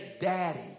Daddy